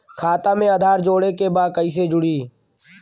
खाता में आधार जोड़े के बा कैसे जुड़ी?